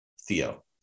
Theo